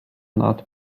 nad